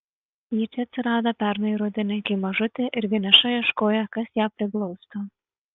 ji čia atsirado pernai rudenį kai mažutė ir vieniša ieškojo kas ją priglaustų